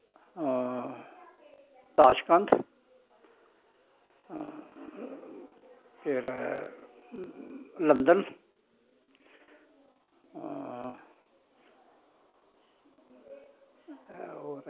Tashkent फिर London और